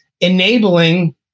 enabling